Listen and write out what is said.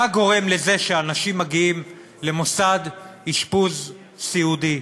מה גורם לזה שאנשים מגיעים למוסד אשפוז סיעודי.